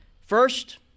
First